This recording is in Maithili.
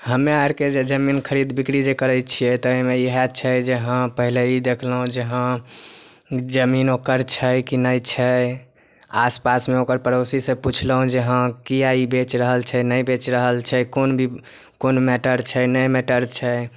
हमे आरके जे जमीन खरीद बिक्री जे करै छियै तहिमे इहे छै जे हँ पहिले ई देखलौ जे हँ जमीन ओकर छै कि नहि छै आसपासमे ओकर पड़ोसी सँ पुछलौं जे हँ किए ई बेच रहल छै नहि बेच रहल छै कोन बी कोन मैटर छै नहि मैटर छै